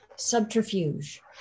subterfuge